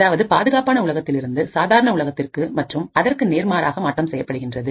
அதாவது பாதுகாப்பான உலகத்திலிருந்து சாதாரண உலகத்திற்கு மற்றும் அதற்கு நேர்மாறாக மாற்றம் செய்யப்படுகின்றது